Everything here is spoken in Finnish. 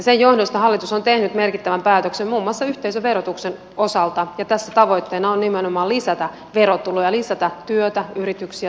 sen johdosta hallitus on tehnyt merkittävän päätöksen muun muassa yhteisöverotuksen osalta ja tässä tavoitteena on nimenomaan lisätä verotuloja lisätä työtä yrityksiä suomeen